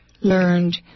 learned